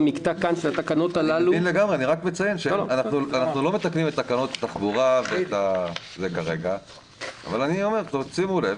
לא מתקנים את תקנות התחבורה אבל שימו לב.